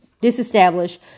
disestablish